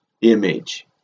image